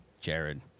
Jared